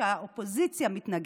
כשהאופוזיציה מתנגדת,